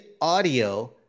audio